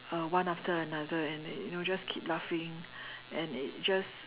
uh one after another and you know just keep laughing and it just